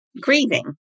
grieving